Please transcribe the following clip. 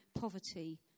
poverty